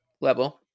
level